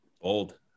Old